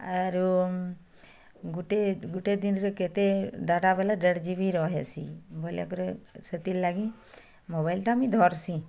ଆରୁ ଗୁଟେ ଗୁଟେ ଦିନରେ କେତେ ଡାଟା ବୋଇଲେ ଦେଢ଼ ଜିବି ରହେସି ବୋଇଲେ କରି ସେଥିର ଲାଗି ମୋବାଇଲଟା ମୁଇଁ ଧରସିଁ